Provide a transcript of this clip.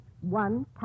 one